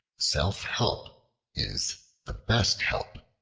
self-help is the best help.